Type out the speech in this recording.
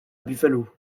buffalo